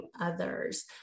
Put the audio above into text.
others